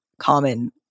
common